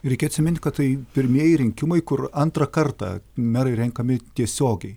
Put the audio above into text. reikia atsimint kad tai pirmieji rinkimai kur antrą kartą merai renkami tiesiogiai